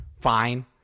fine